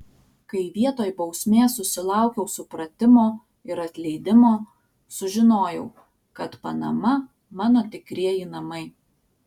kai vietoj bausmės susilaukiau supratimo ir atleidimo sužinojau kad panama mano tikrieji namai